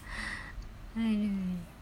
adoi